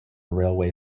railway